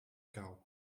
kou